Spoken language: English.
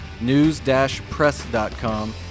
News-Press.com